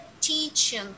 teaching